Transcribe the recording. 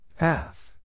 Path